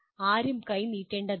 ആരും കൈ നീട്ടേണ്ടതില്ല